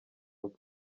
bwe